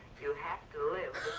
you have to live